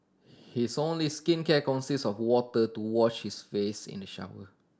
his only skincare consists of water to wash his face in the shower